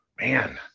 Man